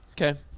okay